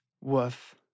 Woof